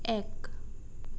এক